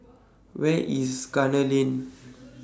Where IS Gunner Lane